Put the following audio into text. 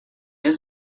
his